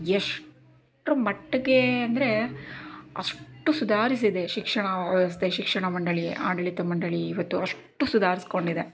ಎಷ್ಟರ ಮಟ್ಟಿಗೆ ಅಂದರೆ ಅಷ್ಟು ಸುಧಾರಿಸಿದೆ ಶಿಕ್ಷಣ ವ್ಯವಸ್ಥೆ ಶಿಕ್ಷಣ ಮಂಡಳಿ ಆಡಳಿತ ಮಂಡಳಿ ಇವತ್ತು ಅಷ್ಟು ಸುಧಾರಿಸ್ಕೊಂಡಿದೆ